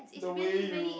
the way you